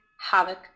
havoc